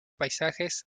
paisajes